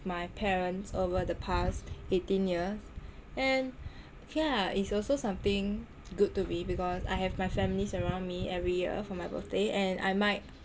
my parents over the past eighteen years and yah it's also something good to be because I have my family's around me every year for my birthday and I might